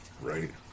right